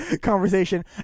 conversation